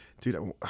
Dude